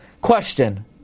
Question